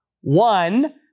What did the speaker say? One